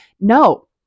No